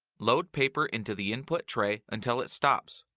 load paper into the input tray until it stops.